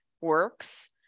works